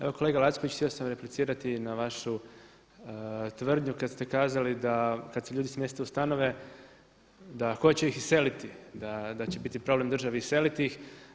Evo kolega Lacković htio sam replicirati na vašu tvrdnju kad ste kazali da kad se ljudi smjeste u stanove da tko će ih iseliti, da će biti problem državi iseliti ih.